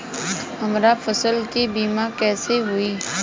हमरा फसल के बीमा कैसे होई?